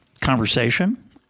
conversation